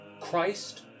Christ